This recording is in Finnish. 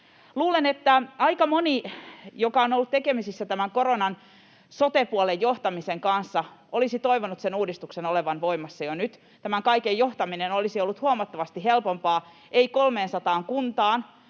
Luulen, että aika moni, joka on ollut tekemisissä tämän koronan sote-puolen johtamisen kanssa, olisi toivonut sen uudistuksen olevan voimassa jo nyt. Tämän kaiken johtaminen olisi ollut huomattavasti helpompaa — ei 300 kuntaan